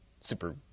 Super